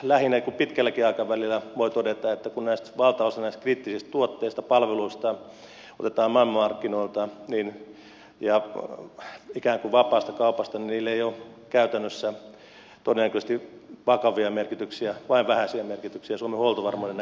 lähinnä pitkälläkin aikavälillä voi todeta että kun valtaosa näistä kriittisistä tuotteista palveluista otetaan maailmanmarkkinoilta ikään kuin vapaasta kaupasta niin niillä ei ole käytännössä todennäköisesti vakavia merkityksiä vain vähäisiä merkityksiä suomen huoltovarmuuden näkökulmasta